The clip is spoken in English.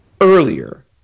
earlier